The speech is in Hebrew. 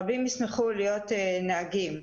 רבים ישמחו להיות נהגים.